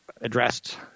addressed